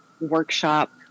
workshop